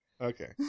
Okay